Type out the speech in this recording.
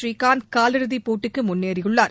புறீகாந்த் காலிறுதிப்போட்டிக்கு முன்னேறியுள்ளார்